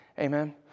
Amen